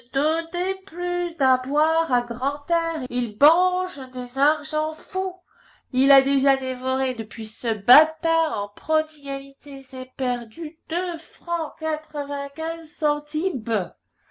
plus à boire à grantaire il bange des argents fous il a déjà dévoré depuis ce batin en prodigalités éperdues deux francs quatre-vingt-quinze centibes